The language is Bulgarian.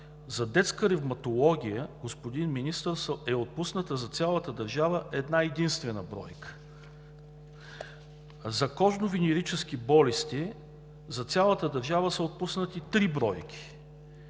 за детска ревматология, господин Министър, за цялата държава е отпусната една-единствена бройка; за кожно венерически болести за цялата държава са отпуснати три бройки;